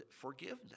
forgiveness